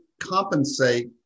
compensate